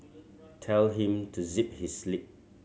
tell him to zip his lip